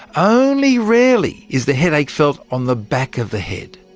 only rarely is the headache felt on the back of the head.